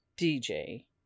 DJ